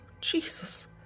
Jesus